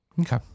Okay